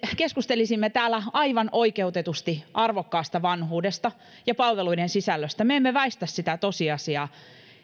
keskustelisimme täällä aivan oikeutetusti arvokkaasta vanhuudesta ja palveluiden sisällöstä me emme väistä sitä tosiasiaa